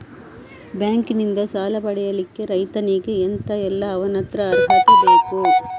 Bank ನಿಂದ ಸಾಲ ಪಡಿಲಿಕ್ಕೆ ರೈತನಿಗೆ ಎಂತ ಎಲ್ಲಾ ಅವನತ್ರ ಅರ್ಹತೆ ಬೇಕು?